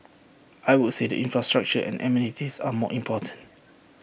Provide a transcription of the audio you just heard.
I would say the infrastructure and amenities are more important